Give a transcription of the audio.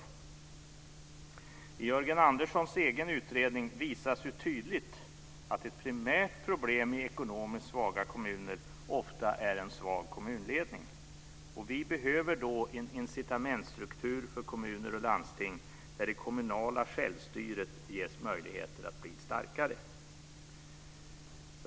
I Jörgen Anderssons egen utredning visas tydligt att ett primärt problem i ekonomiskt svaga kommuner ofta är en svag kommunledning, och vi behöver då en incitamentsstruktur för kommuner och landsting där det kommunala självstyret ges möjligheter att bli starkare.